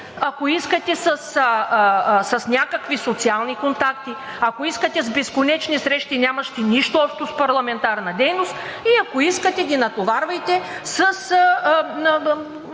Ако искате с някакви социални контакти, ако искате с безконечни срещи, нямащи нищо общо с парламентарна дейност, ако искате ги натоварвайте с